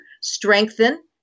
strengthen